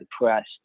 depressed